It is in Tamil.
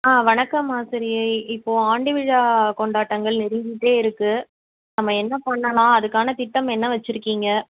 ஆ வணக்கம் ஆசிரியை இப்போ ஆண்டு விழா கொண்டாட்டங்கள் நெருங்கிக்கிட்டே இருக்கு நம்ம என்ன பண்ணலாம் அதற்கான திட்டம் என்ன வச்சுருக்கீங்க